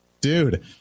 Dude